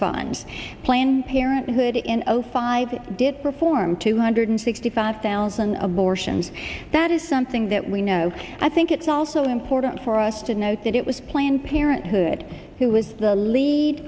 funds planned parenthood in zero five did perform two hundred sixty five thousand abortions that is something that we know i think it's also important for us to note that it was planned parenthood who was the lead